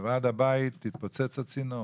בוועד הבית התפוצץ הצינור